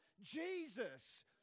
Jesus